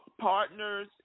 partners